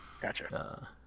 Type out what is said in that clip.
Gotcha